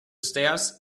stairs